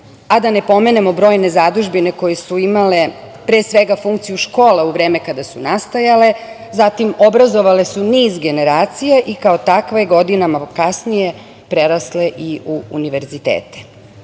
a da ne pomenemo brojne zadužbine koje su imale pre svega funkciju škole u vreme kada su nastajale, obrazovale su niz generacija i kao takve godinama kasnije prerasle i u univerzitete. Primera